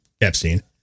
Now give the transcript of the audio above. Epstein